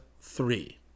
three